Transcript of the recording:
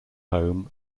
home